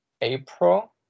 April